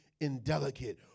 indelicate